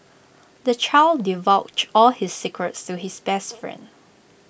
the child divulged all his secrets to his best friend